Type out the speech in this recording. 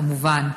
כמובן.